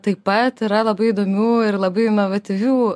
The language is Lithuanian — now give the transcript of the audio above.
taip pat yra labai įdomių ir labai inovatyvių